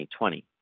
2020